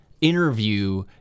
interview